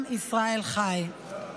עם ישראל חי.